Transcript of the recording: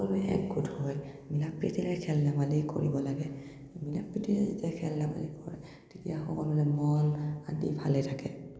চবে একগোট হৈ মিলা প্ৰীতিৰে খেল ধেমালি কৰিব লাগে মিলা প্ৰীতিৰে যেতিয়া খেল ধেমালি কৰে তেতিয়া সকলোৰে মন আদি ভালে থাকে